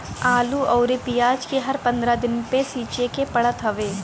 आलू अउरी पियाज के हर पंद्रह दिन पे सींचे के पड़त हवे